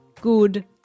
good